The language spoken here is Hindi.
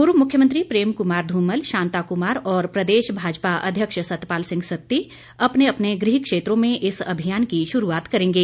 पूर्व मुख्यमंत्री प्रेम कुमार धूमल शांता कुमार और प्रदेश भाजपा अध्यक्ष सतपाल सिंह सत्ती अपने अपने गृह क्षेत्रों में इस अभियान की शुरूआत करेंगे